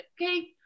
okay